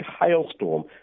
hailstorm